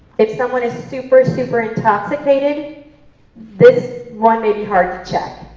if someone is super, super intoxicated this one may be hard to check,